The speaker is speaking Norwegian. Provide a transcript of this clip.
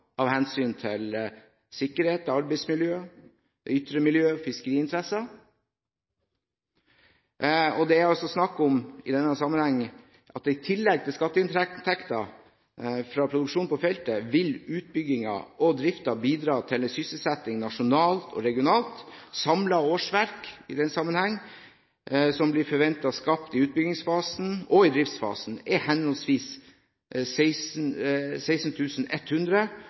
med hensyn til sikkerhet, arbeidsmiljø, det ytre miljøet og fiskeriinteresser. I tillegg til skatteinntekter fra produksjonen på feltet vil utbyggingen og driften bidra til sysselsetting nasjonalt og regionalt. Samlede årsverk som forventes skapt i utbyggingsfasen og driftsfasen, er henholdsvis 16